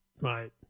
Right